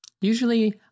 usually